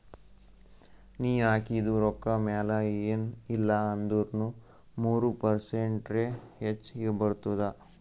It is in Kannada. ನೀ ಹಾಕಿದು ರೊಕ್ಕಾ ಮ್ಯಾಲ ಎನ್ ಇಲ್ಲಾ ಅಂದುರ್ನು ಮೂರು ಪರ್ಸೆಂಟ್ರೆ ಹೆಚ್ ಬರ್ತುದ